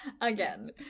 Again